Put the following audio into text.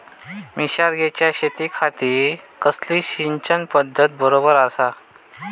मिर्षागेंच्या शेतीखाती कसली सिंचन पध्दत बरोबर आसा?